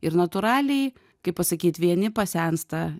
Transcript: ir natūraliai kaip pasakyt vieni pasensta